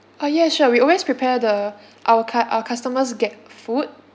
ah yes sure we always prepare the our cus~ our customers get food